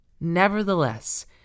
Nevertheless